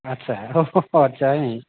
আচ্ছা